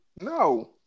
No